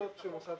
כן, משפטים.